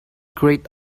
grayed